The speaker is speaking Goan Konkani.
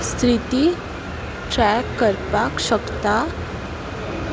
स्थिती ट्रॅक करपाक शकता